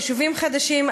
יישובים חדשים,